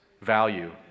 Value